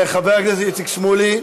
חבר הכנסת איציק שמולי,